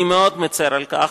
אני מאוד מצר על כך,